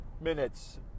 minutes